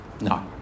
No